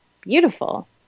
beautiful